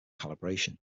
calibration